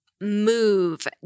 move